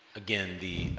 again the